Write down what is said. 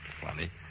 Funny